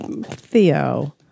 Theo